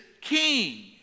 King